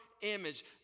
image